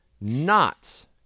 Knots